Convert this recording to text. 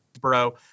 bro